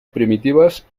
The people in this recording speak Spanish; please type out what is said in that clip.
primitivas